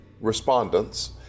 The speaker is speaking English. respondents